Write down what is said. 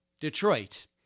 Detroit